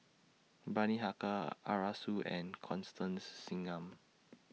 Bani Haykal Arasu and Constance Singam